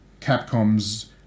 capcom's